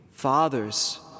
fathers